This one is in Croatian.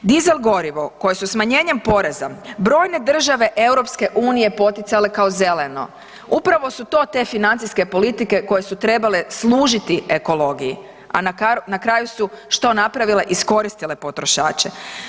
Disel gorivo koje su smanjenjem poreza brojne države EU poticale kao zeleno upravo su to te financijske politike koje su trebale služiti ekologiji, a na kraju su što napravile, iskoristile potrošače.